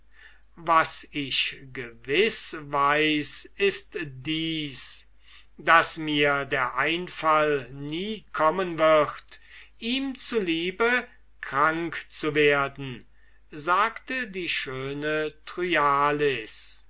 was ich gewiß weiß ist dies daß mir der einfall nie kommen wird ihm zu liebe krank zu werden sagte die schöne